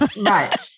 Right